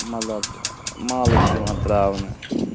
مطلب مالہٕ چھِ یِوان ترٛاونہٕ